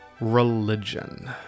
religion